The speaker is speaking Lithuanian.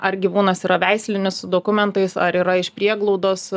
ar gyvūnas yra veislinis su dokumentais ar yra iš prieglaudos